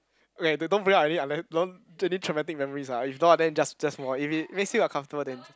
okay don't don't bring out any unless don't any traumatic memories ah if not then just just move on if it makes you uncomfortable then